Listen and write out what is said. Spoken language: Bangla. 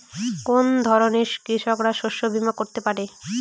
কোন ধরনের কৃষকরা শস্য বীমা করতে পারে?